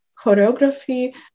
choreography